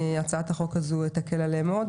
הצעת החוק הזו תקל עליהם מאוד,